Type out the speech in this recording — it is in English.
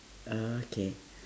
okay